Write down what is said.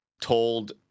told